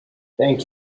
thank